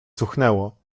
cuchnęło